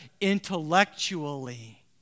intellectually